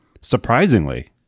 surprisingly